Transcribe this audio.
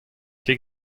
ket